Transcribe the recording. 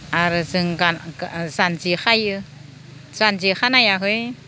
आरो जों जान्जि खायो जान्जि खानायाहै